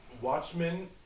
Watchmen